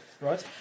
right